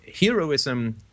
heroism